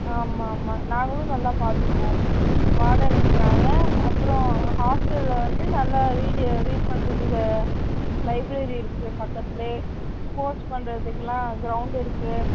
ஆமாம் ஆமாம் நாங்களும் நல்லா பார்த்துக்குவோம் வார்டன் இருக்காங்க அப்புறோம் ஹாஸ்டலில் வந்து நல்லா ரீட் ரீட் பண்ணுறதுக்கு லைப்ரரி இருக்கு பக்கத்துல ஸ்போர்ட்ஸ் பண்ணுறதுக்குலாம் கிரவுண்ட் இருக்கு